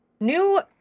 new